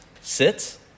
sits